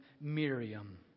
Miriam